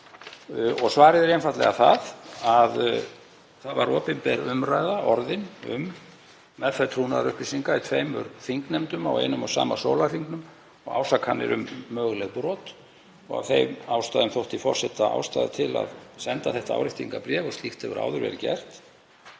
Svarið er einfaldlega það að það var orðin opinber umræða um meðferð trúnaðarupplýsinga í tveimur þingnefndum á einum og sama sólarhringnum og ásakanir um möguleg brot og af þeim ástæðum þótti forseta ástæða til að senda þetta áréttingarbréf og slíkt hefur áður verið gert.